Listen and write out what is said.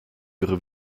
ihre